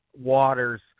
waters